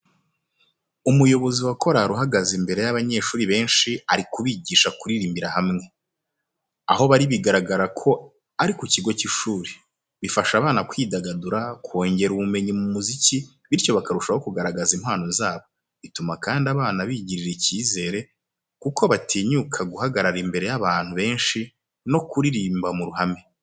Umuyobozi wa korari uhagaze imbere y’abanyeshuri benshi, ari kubigisha kuririmbira hamwe. Aho bari bigaragara ko ari ku kigo cy'ishuri. Bifasha abana kwidagadura, kongera ubumenyi mu muziki bityo bakarushaho kugaragaza impano zabo. Bituma kandi abana bigirira icyizere kuko batinyuka guhagarara imbere y'abantu benshi no kuririmba mu ruhame.